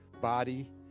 body